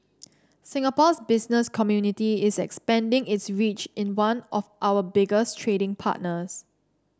Singapore's business community is expanding its reach in one of our biggest trading partners